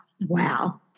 Wow